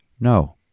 No